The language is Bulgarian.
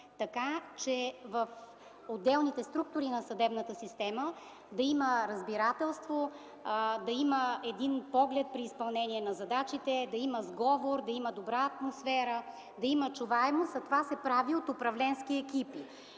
така, че в отделните структури на съдебната система да има разбирателство, да има поглед при изпълнението на задачите, да има сговор, добра атмосфера, да има чуваемост, а това се прави от управленски екипи.